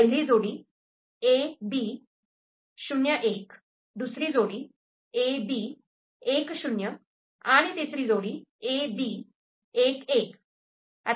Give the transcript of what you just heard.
पहिली जोडी 'AB' '01' दुसरी जोडी 'AB' '10' आणि तिसरी जोडी AB '11'